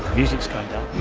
music's going down